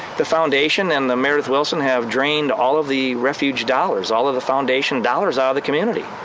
the foundation and the meredith willson have drained all of the refuge dollars, all of the foundation dollars out of the community.